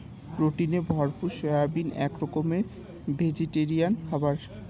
প্রোটিনে ভরপুর সয়াবিন এক রকমের ভেজিটেরিয়ান খাবার